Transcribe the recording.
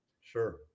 Sure